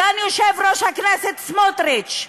סגן יושב-ראש הכנסת סמוטריץ.